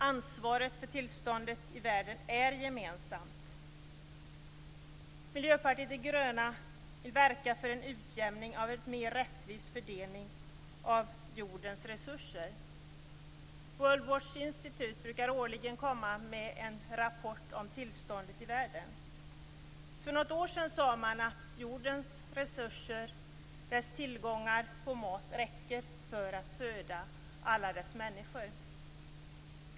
Ansvaret för tillståndet i världen är gemensamt. Miljöpartiet de gröna vill verka för en utjämning och en mer rättvis fördelning av jordens resurser. World Watch Institute brukar årligen komma med en rapport om tillståndet i världen. För något år sedan sade man att jordens resurser och tillgång på mat räcker för att föda alla dess människor.